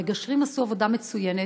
המגשרים עשו עבודה מצוינת,